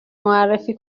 معرفی